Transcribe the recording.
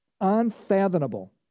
unfathomable